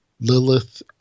Lilith